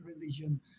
religion